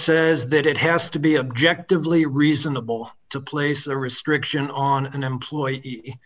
says that it has to be objectively reasonable to place a restriction on an employee